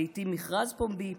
לעיתים מכרז פומבי,